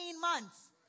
months